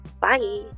Bye